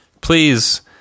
please